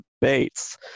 debates